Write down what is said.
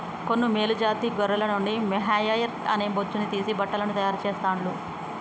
కొన్ని మేలు జాతి గొర్రెల నుండి మొహైయిర్ అనే బొచ్చును తీసి బట్టలను తాయారు చెస్తాండ్లు